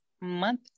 Month